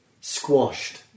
squashed